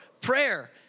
prayer